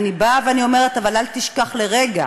אבל אני אומרת, אל תשכח לרגע